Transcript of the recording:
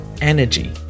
energy